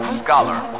scholar